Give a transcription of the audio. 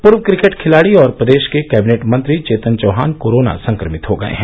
पूर्व क्रिकेट खिलाड़ी और प्रदेश के कैबिनेट मंत्री चेतन चौहान कोरोना संक्रमित हो गए हैं